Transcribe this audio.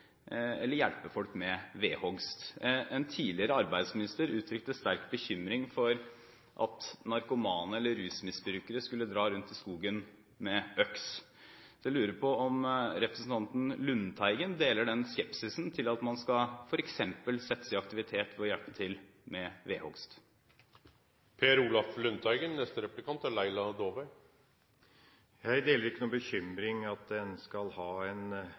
eller hjelpe folk med vedhogst. En tidligere arbeidsminister uttrykte sterk bekymring for at rusmisbrukere skulle dra rundt i skogen med øks. Jeg lurer på om representanten Lundteigen deler den skepsisen til at man f.eks. skal settes i aktivitet ved å hjelpe til med vedhogst? Jeg deler ikke noen bekymring for at en skal ha en